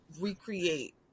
recreate